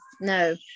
no